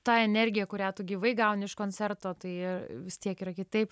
tą energiją kurią tu gyvai gauni iš koncerto tai vis tiek yra kitaip